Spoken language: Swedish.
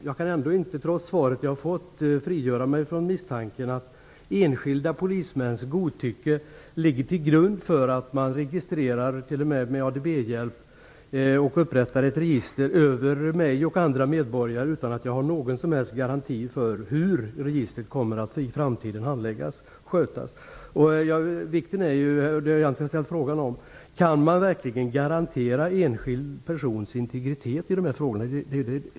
Jag kan trots svaret jag har fått ändå inte frigöra mig från misstanken att enskilda polismäns godtycke ligger till grund för att man registrerar, t.o.m. med ADB-hjälp, och upprättar ett register över mig och andra medborgare utan att jag har någon som helst garanti för hur registret kommer att handläggas och skötas i framtiden. Kan man verkligen garantera enskild persons integritet i dessa frågor?